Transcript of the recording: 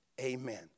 Amen